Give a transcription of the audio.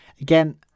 Again